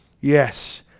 Yes